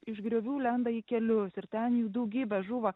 iš griovių lenda į kelius ir ten jų daugybę žūva